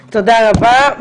תודה, תודה רבה.